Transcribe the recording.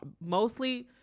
Mostly